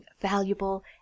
valuable